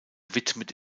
widmet